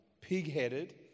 pig-headed